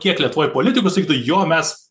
kiek lietuvoj politikų sakytų jo mes